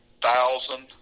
thousand